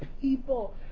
people